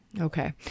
Okay